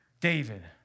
David